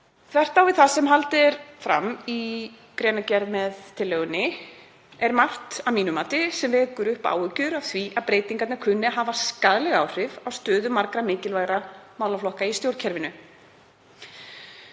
Þvert á við það sem haldið er fram í greinargerð með tillögunni er margt sem vekur upp áhyggjur af því að breytingarnar kunni að hafa skaðleg áhrif á stöðu margra mikilvægra málaflokka í stjórnkerfinu.